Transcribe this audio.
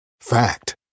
Fact